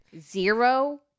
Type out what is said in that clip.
Zero